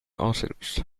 ourselves